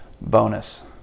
bonus